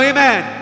Amen